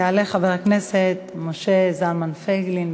יעלה חבר הכנסת משה זלמן פייגלין,